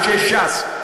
אנשי ש"ס,